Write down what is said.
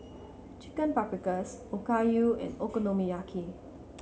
Chicken Paprikas Okayu and Okonomiyaki